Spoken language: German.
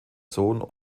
sohn